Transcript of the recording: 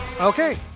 Okay